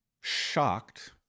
shocked